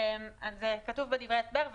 אז כתוב בדברי ההסבר,